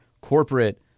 corporate